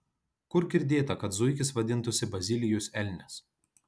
kur girdėta kad zuikis vadintųsi bazilijus elnias